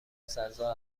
پسرزا